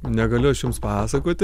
negaliu aš jums pasakoti